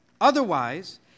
Otherwise